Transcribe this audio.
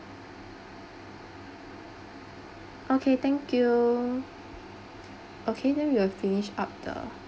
okay thank you okay then we'll finish up the